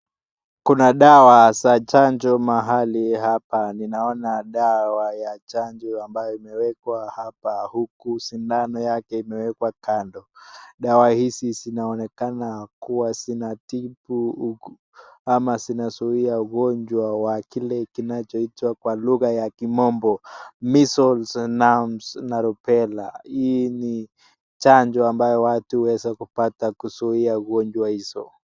Kuna dawa za chanjo mahali hapa. Ninaona dawa ya chanjo ambayo imewekwa hapa huku sindano yake imewekwa tayari kando. Dawa hizi zinaonekana kuwa zinatibu ama zinazuia ugonjwa wa kile kinachoitwa kwa lugha ya kimombo Measles, Mumps na Rubella . Hii ni chanjo ambayo watu huweza kuoata kuzuia ugonjwa hizo.